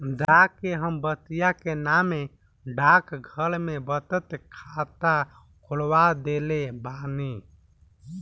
जा के हम बचिया के नामे डाकघर में बचत खाता खोलवा देले बानी